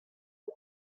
the